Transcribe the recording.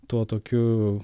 tuo tokiu